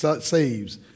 saves